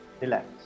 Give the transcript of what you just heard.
Relax